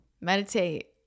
meditate